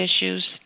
issues